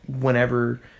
whenever